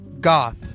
goth